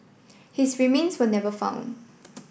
his remains were never found